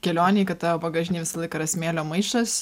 kelionei kad tavo bagažinėj visą laiką yra smėlio maišas